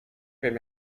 wiem